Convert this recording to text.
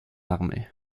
armée